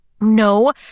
No